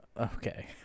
Okay